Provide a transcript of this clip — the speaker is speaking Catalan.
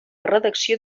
redacció